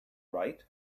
right